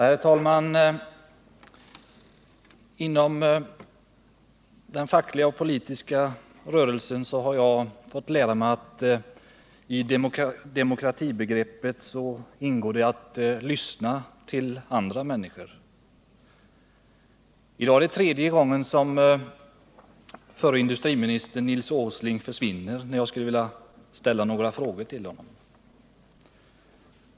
Herr talman! Inom den fackliga och politiska rörelsen har jag fått lära mig att det i demokratibegreppet ingår att lyssna på andra människor. I dag är det tredje gången förre industriministern Nils Åsling försvinner, när jag skulle vilja ställa några frågor till honom.